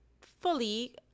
fully